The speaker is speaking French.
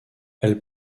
elle